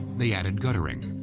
they added guttering.